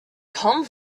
come